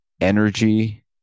energy